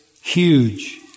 huge